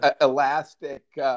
elastic